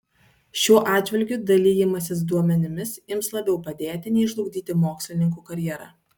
šiuo atžvilgiu dalijimasis duomenimis ims labiau padėti nei žlugdyti mokslininkų karjerą